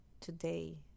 today